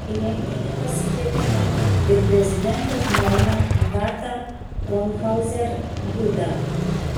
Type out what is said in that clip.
į renginį pasikvietėme ir prezidento žmoną agatą kornhauzer dudą